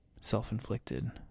self-inflicted